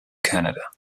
canada